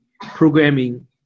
programming